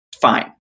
fine